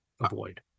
avoid